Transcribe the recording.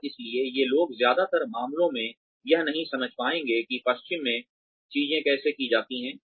और इसलिए ये लोग ज्यादातर मामलों में यह नहीं समझ पाएंगे कि पश्चिम में चीजें कैसे की जाती हैं